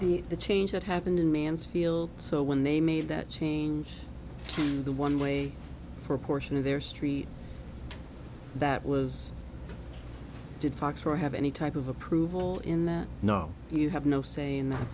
guess the change that happened in mansfield so when they made that scene the one way for a portion of their street that was did fox were have any type of approval in that no you have no say in that